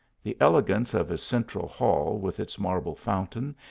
the elegance of its central hall with its marble fountain,